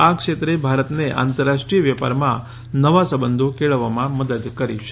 આ ક્ષેત્રે ભારતને આંતરરાષ્રી વય વેપારમાં નવા સંબંધો કેળવવામાં મદદ કરી છે